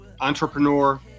entrepreneur